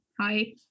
Hi